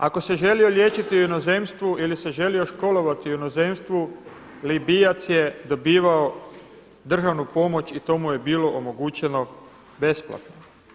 Ako se želio liječiti u inozemstvu ili se želio školovati u inozemstvu Libijac je dobivao državnu pomoć i to mu je bilo omogućeno besplatno.